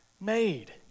made